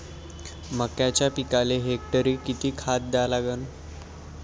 मक्याच्या पिकाले हेक्टरी किती खात द्या लागन?